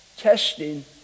testing